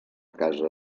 casa